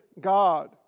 God